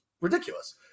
ridiculous